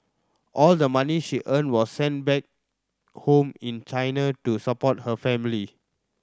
all the money she earned was sent back home in China to support her family